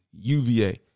UVA